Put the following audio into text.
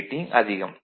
rating அதிகம்